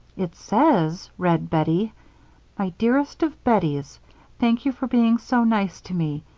it says, read bettie my dearest of betties thank you for being so nice to me.